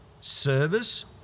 service